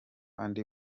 andi